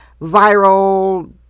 viral